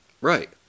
Right